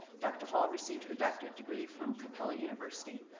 dr. hall received her doctorate degree from capella university,